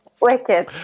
Wicked